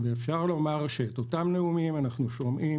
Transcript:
אפשר לומר שאת אותם נאומים אנחנו שומעים